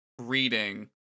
reading